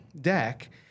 deck